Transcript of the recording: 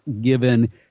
given